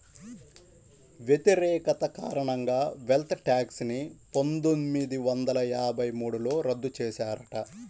వ్యతిరేకత కారణంగా wealth tax ని పందొమ్మిది వందల యాభై మూడులో రద్దు చేశారట